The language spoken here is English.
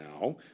now